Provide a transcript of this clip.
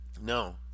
No